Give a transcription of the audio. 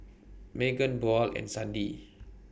Meagan Buel and Sandie